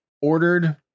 ordered